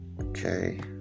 Okay